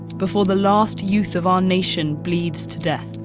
before the last youth of our nation bleeds to death.